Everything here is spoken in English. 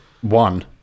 one